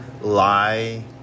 lie